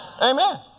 Amen